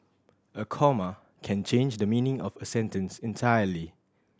a comma can change the meaning of a sentence entirely